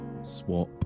Swap